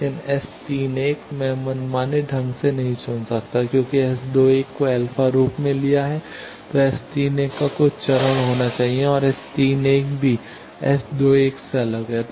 लेकिन S 31 मैं मनमाने ढंग से नहीं चुन सकता क्योंकि मैंने S 21 को अल्फा के रूप में लिया है तो S 31 का कुछ चरण होना चाहिए और S 31 भी S 21 से अलग है